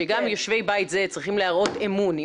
שגם יושבי בית זה צריכים להראות אמון.